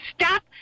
stop